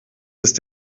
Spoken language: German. ist